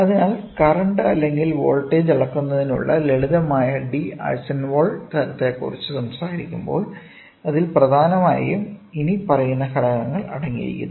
അതിനാൽ കറന്റ് അല്ലെങ്കിൽ വോൾട്ടേജ് അളക്കുന്നതിനുള്ള ലളിതമായ ഡി ആഴ്സൺവാൾ D Arsonval തരത്തെക്കുറിച്ച് സംസാരിക്കുമ്പോൾ അതിൽ പ്രധാനമായും ഇനിപ്പറയുന്ന ഘടകങ്ങൾ അടങ്ങിയിരിക്കുന്നു